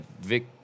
Vic